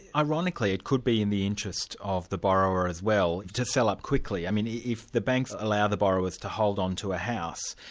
ironically, it could be in the interests of the borrower as well, to sell up quickly. i mean if the banks allow the borrowers to hold on to a house,